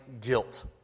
guilt